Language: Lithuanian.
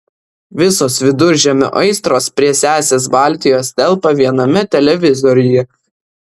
visos viduržemio aistros prie sesės baltijos telpa viename televizoriuje